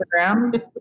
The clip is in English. Instagram